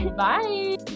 bye